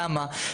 למה?